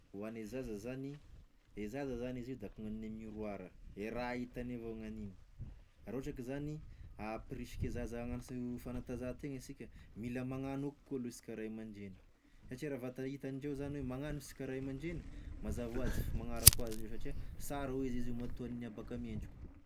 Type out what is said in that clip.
Hoagne zaza zany, e zaza zany izy io, d'akonane miroara e raha hitagny avao gn'agnigny, raha ohatra ka zany ampirisika zaza agnano s- fantanzahantena asika, mila magnano avao koa aloha isika ray aman-dreny satria raha vao ta- hitandreo zany hoe magnano isika ray aman-dreny, mazava hoazy fa manaraky hoazy io satria sara hoy izy io matoa gn'abako ame endriko.